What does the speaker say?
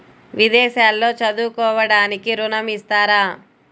విదేశాల్లో చదువుకోవడానికి ఋణం ఇస్తారా?